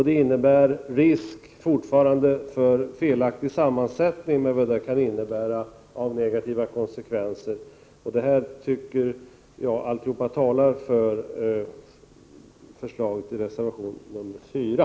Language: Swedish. Det medför fortfarande risk för en felaktig sammansättning, med vad det kan innebära av negativa konsekvenser. Allt detta tycker jag talar för bifall till reservation nr 2.